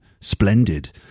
Splendid